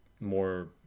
more